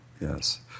Yes